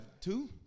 two